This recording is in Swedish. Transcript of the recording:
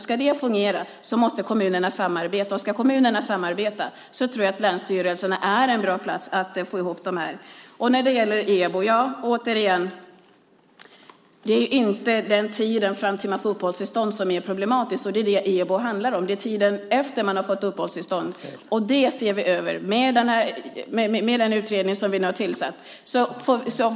Ska det fungera måste kommunerna samarbeta, och ska kommunerna samarbeta tror jag att länsstyrelserna är en bra plats att få ihop det. När det gäller EBO är det inte tiden fram till att man får uppehållstillstånd som är problematisk, och det är ju det EBO handlar om. Det är tiden efter att man har fått uppehållstillstånd som behöver ses över, och det gör vi nu med den utredning vi har tillsatt.